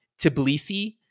Tbilisi